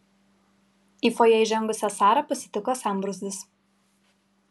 į fojė įžengusią sarą pasitiko sambrūzdis